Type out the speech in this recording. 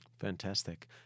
Fantastic